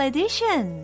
Edition